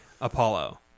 Apollo